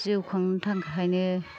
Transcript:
जिउ खांनो थाखायनो